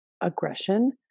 aggression